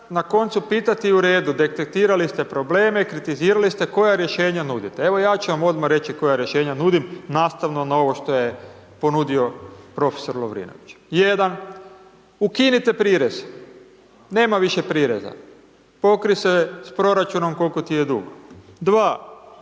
na koncu pitati u redu, detektirali ste probleme, kritizirali ste, koja rješenja nudite? Evo ja ću vam odmah reći koja rješenja nudim nastavno na ovo što je ponudio prof. Lovrinović. Jedan, ukinite prirez, nema više prireza, pokrij se s proračunom koliko ti je dug.